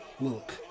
look